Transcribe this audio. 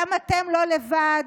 גם אתם לא לבד.